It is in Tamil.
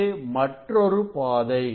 இது மற்றொரு பாதை